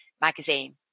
magazine